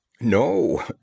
No